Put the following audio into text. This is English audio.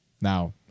Now